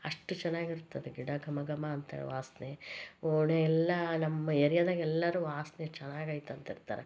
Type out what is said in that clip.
ಅಷ್ಟು ಚೆನ್ನಾಗಿರುತ್ತದೆ ಗಿಡ ಘಮ ಘಮ ಅಂತೇಳಿ ವಾಸನೆ ಓಣಿ ಎಲ್ಲ ನಮ್ಮ ಏರಿಯಾದಾಗೆಲ್ಲರೂ ವಾಸನೆ ಚೆನ್ನಾಗಯ್ತೆ ಅಂತಿರ್ತಾರೆ